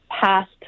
past